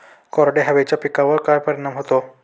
कोरड्या हवेचा पिकावर काय परिणाम होतो?